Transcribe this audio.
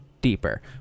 deeper